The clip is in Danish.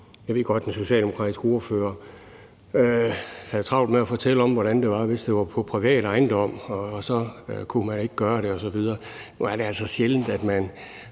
Jeg ved godt, at den socialdemokratiske ordfører havde travlt med at fortælle om, hvordan det var, hvis det var på privat ejendom, og at man så ikke kunne gøre det osv. Nu er det altså sjældent, at man